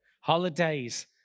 Holidays